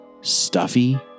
stuffy